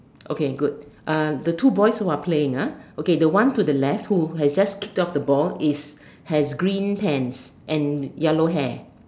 okay good uh the two boys who are playing ah okay the one to the left who has just kicked off the ball has green pants and yellow hair